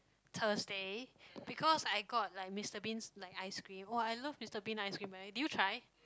Thursday because I got like Mister Bean's like ice cream oh I love Mister Bean ice cream man did you try